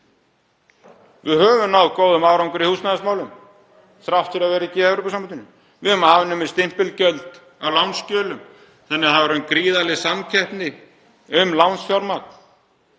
Við höfum náð góðum árangri í húsnæðismálum þrátt fyrir að vera ekki í Evrópusambandinu. Við höfum afnumið stimpilgjöld af lánsskjölum þannig að það er orðin gríðarleg samkeppni um lánsfjármagn.